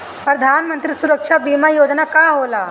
प्रधानमंत्री सुरक्षा बीमा योजना का होला?